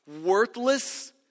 worthless